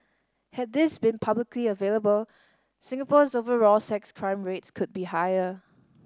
had these been publicly available Singapore's overall sex crime rates could be higher